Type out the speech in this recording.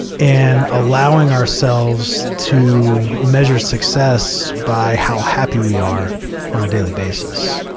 and allowing ourselves to measure success by how happy we are on a daily basis.